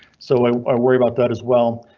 so i worry about that as well,